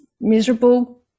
miserable